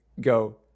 go